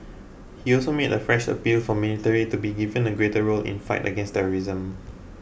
he also made a fresh appeal for military to be given a greater role in fight against terrorism